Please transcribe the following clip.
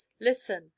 listen